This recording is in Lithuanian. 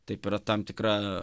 taip yra tam tikra